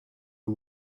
you